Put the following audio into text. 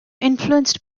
influenced